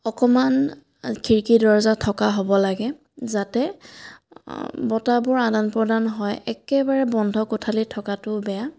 অকণমান খিৰিকী দৰ্জা থকা হ'ব লাগে যাতে বতাহবোৰ আদান প্ৰদান হয় একেবাৰে বন্ধ কোঠালিত থকাটোও বেয়া